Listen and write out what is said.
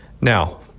Now